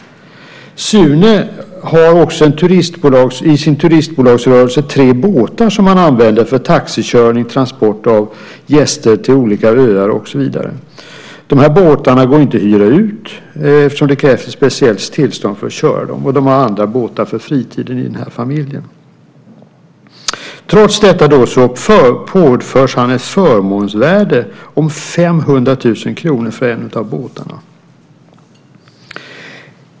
Sune har också i sin turistbolagsrörelse tre båtar som han använder för taxikörning, transport av gäster till olika öar och så vidare. Båtarna går inte att hyra ut eftersom det krävs speciellt tillstånd för att köra dem. Familjen har andra båtar för fritiden. Trots detta påförs han ett förmånsvärde om 500 000 kr för en av båtarna.